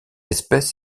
espèce